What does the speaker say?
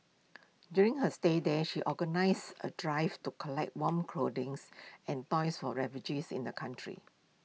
during her stay there she organised A drive to collect warm clothings and toys for refugees in the country